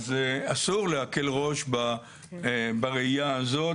אז אסור להקל ראש בראייה הזאת,